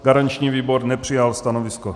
Garanční výbor nepřijal stanovisko.